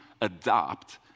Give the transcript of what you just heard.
adopt